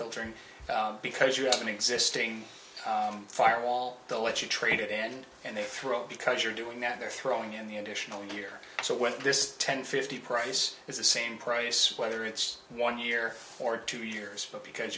filtering because you have an existing fire wall they'll let you trade it in and they throw because you're doing that they're throwing in the additional year so when this ten fifty price is the same price whether it's one year or two years because